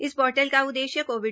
इस पोर्टल का उद्देश्य कोविड